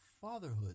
fatherhood